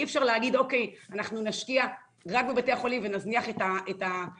אי אפשר להגיד שאנחנו נשקיע רק בבתי החולים ונזניח את הקהילה,